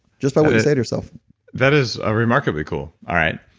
just by what you say to yourself that is ah remarkably cool. all right.